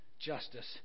justice